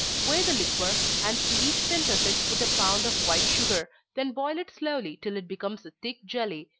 weigh the liquor, and to each pint of it put a pound of white sugar then boil it slowly till it becomes a thick jelly,